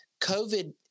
COVID